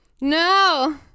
No